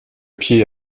pied